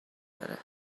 داره